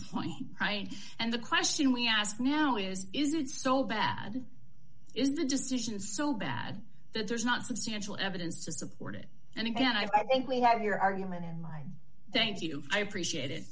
point and the question we ask now is is it so bad is the decision so bad that there's not substantial evidence to support it and again i think we have your argument in mind thank you i appreciate it